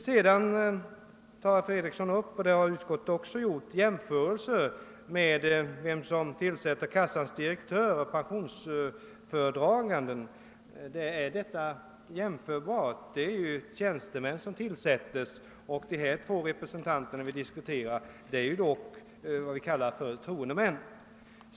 När herr Fredriksson bemöter motionärernas invändning mot att riksförsäkringsverket utser de nya ledamöterna jämför han — och det gör även utskottet — med att verket tillsätter kassans direktör och föredragande för pensionsärenden. Är dessa fall verkligen jämförbara? De senare är tjänstemän, medan de två nya representanter som vi diskuterar är vad som kallas förtroendemän.